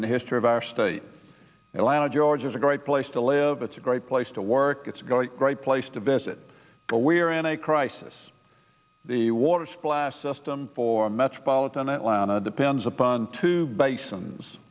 the history of our state elana georgia is a great place to live it's a great place to work it's going great place to visit but we are in a crisis the water splashed system for metropolitan atlanta depends upon two basins